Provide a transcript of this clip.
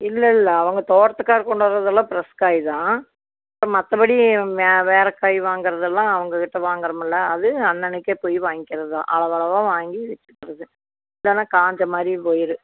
இல்லை இல்லை அவங்க தோட்டத்துக்கார் கொண்டு வரதெல்லாம் ப்ரெஷ் காய் தான் இப்போ மற்றபடி வே வேறு காய் வாங்கறதெல்லாம் அவங்ககிட்ட வாங்கறம்மில்லை அது அன்னன்னிக்கே போய் வாய்ங்க்கிற தான் அளவளவாக வாங்கி வச்சிக்கறது இல்லைனா காஞ்ச மாதிரி போயிரும்